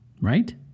right